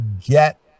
get